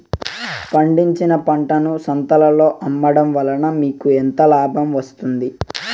పండించిన పంటను సంతలలో అమ్మడం వలన మీకు ఎంత లాభం వస్తుంది?